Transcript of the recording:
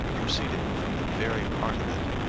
proceeding from the very heart of it,